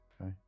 Okay